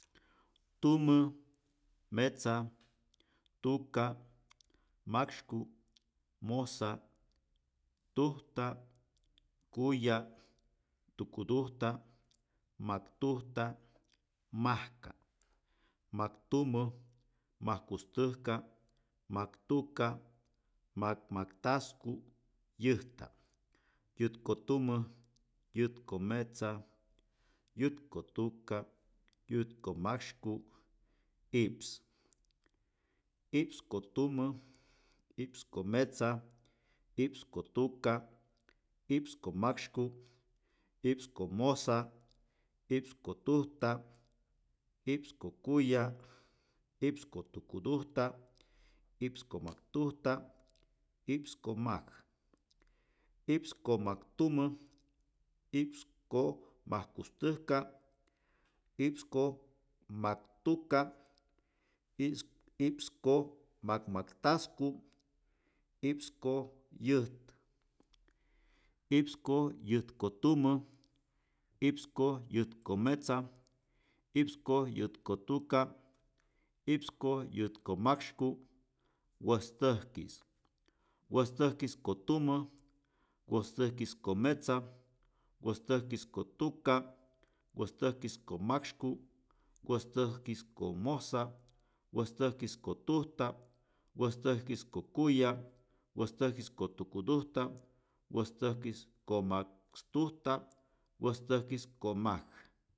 Tumä metza tuka’ maksyku’ mojsa’ tujta’ kuya’ tukutujta’ majktujta’ majka’ maktumä majkustäjka maktuka’ makmaktajsku’ yäjta’ yätkotumä yätkometza yätkotuka’ yätkomaksyku’ i’ps i’ps ko tumä i’ps ko metza i’ps ko tuka i’ps ko maksyku i’ps ko mojsa i’ps ko tujta i’ps ko kuya i’ps ko tukutujta i’ps ko majtujta i’ps ko majk i’ps ko majk tumä i’ps ko majkustäjka i’ps ko mak tuka i'ps i’ps ko majkmaktasku i’ps ko yäjt i’ps ko yäjt ko tumä i’ps ko yäjt ko metza i’ps ko yäjt ko tuka i’ps ko yäjt ko maksyku wästäjki's wäjstäjkis ko tumä wäjstäjkis ko metza wäjstäjkis ko tuka wäjstäjkis ko majksyku wäjstäjkis ko mojsa wäjstäjkis ko tujta wäjstäjkis ko kuya wäjstäjkis ko tukudujta wäjstäjkis ko majkstujta wäjstäjkis ko majk